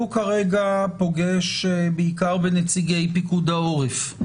הוא כרגע פוגש בעיקר בנציגי פיקוד העורף.